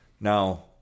Now